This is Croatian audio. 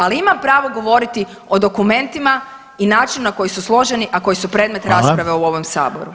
Ali imam pravo govoriti o dokumentima i načinu na koji su složeni, a koji su predmet rasprave u ovom Saboru.